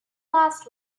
lost